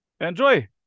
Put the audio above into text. enjoy